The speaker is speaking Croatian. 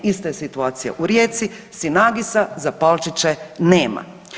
Ista je situacija u Rijeci, Syinagisa za Palčiće nema.